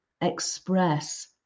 express